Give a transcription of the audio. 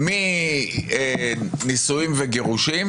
מנישואים וגירושים,